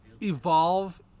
evolve